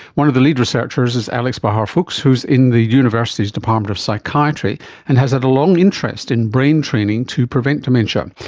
one of the lead researchers is alex bahar-fuchs who is in the university's department of psychiatry and has had a long interest in brain training to prevent dementia.